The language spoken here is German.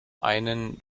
einen